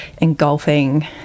engulfing